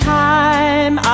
time